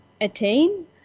attain